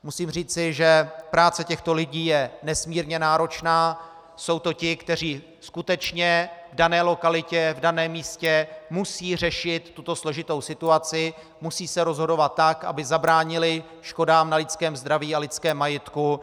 Musím říci, že práce těchto lidí je nesmírně náročná, jsou to ti, kteří skutečně v dané lokalitě, v daném místě musí řešit tuto složitou situaci, musí se rozhodovat tak, aby zabránili škodám na lidském zdraví a lidském majetku.